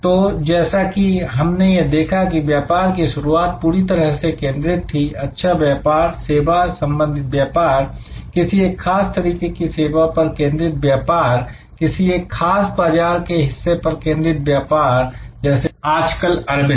तो जैसा कि हमने यह देखा कि व्यापार की शुरुआत पूरी तरह से केंद्रित थी अच्छा व्यापार सेवा संबंधित व्यापार किसी एक खास तरीके की सेवा पर केंद्रित व्यापार किसी एक खास बाजार के हिस्से पर केंद्रित व्यापार जैसे आजकल अरविंद